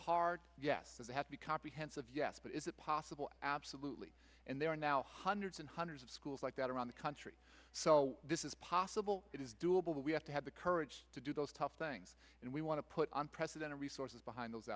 yes they have to be comprehensive yes but is it possible absolutely and there are now hundreds and hundreds of schools like that around the country so this is possible it is doable but we have to have the courage to do those tough things and we want to put on president resources behind those